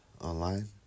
online